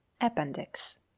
Appendix